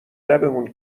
لبمون